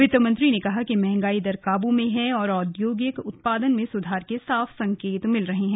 वित मंत्री ने कहा कि मंहगाई दर काबू में है और औद्योगिक उत्पादन में सुधार के साफ संकेत मिल रहे हैं